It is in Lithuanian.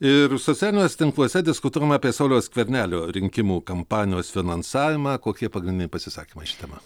ir socialiniuos tinkluose diskutavom apie sauliaus skvernelio rinkimų kampanijos finansavimą kokie pagrindiniai pasisakymai šia tema